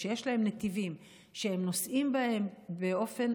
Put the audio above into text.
כשיש להם נתיבים שהם נוסעים בהם באופן